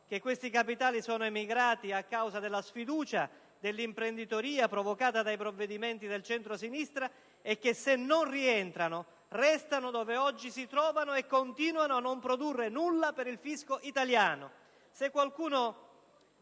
che questi capitali sono emigrati a causa della sfiducia dell'imprenditoria, provocata dai provvedimenti del centrosinistra, e che, se non rientrano, restano dove oggi si trovano e continuano a non produrre nulla per il fisco italiano.